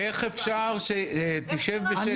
איך אפשר שתשב בשקט?